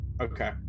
Okay